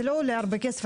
זה לא עולה הרבה כסף,